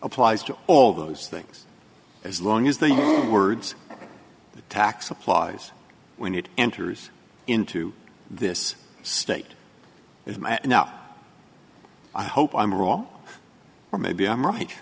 applies to all those things as long as the words tax applies when it enters into this state and now i hope i'm wrong or maybe i'm right